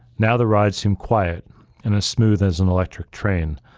now the ride seemed quiet and as smooth as an electric train.